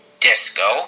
disco